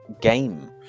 game